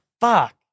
Fuck